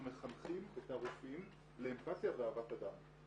מחנכים את הרופאים לאמפתיה ואהבת אדם.